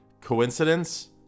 Coincidence